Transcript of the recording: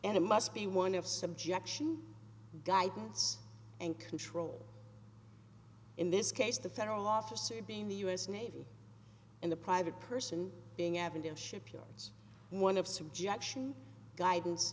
and it must be one of subjection guidance and control in this case the federal officer being the u s navy in the private person being avondale shipyards one of suggestion guidance